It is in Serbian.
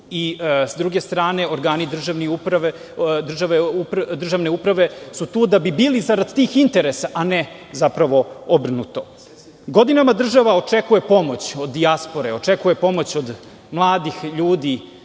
i s druge strane, organi državne uprave su tu da bi bili zarad tih interesa, a ne zapravo obrnuto. Godinama država očekuje pomoć od dijaspore, očekuje pomoć od mladih ljudi